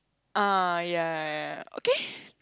uh ya ya okay